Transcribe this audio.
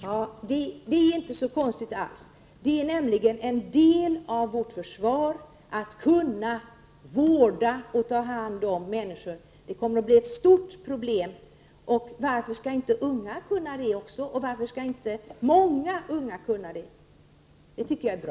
Herr talman! Det är inte så konstigt alls. Det är nämligen en del av vårt försvar att kunna vårda och ta hand om människor. Det kommer att bli ett stort problem. Varför skall inte unga kunna det också, och varför skall inte många unga kunna det? Det tycker jag är bra.